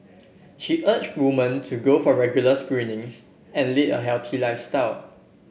she urged woman to go for regular screenings and lead a healthy lifestyle